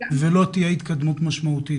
ולא תהיה התקדמות משמעותית,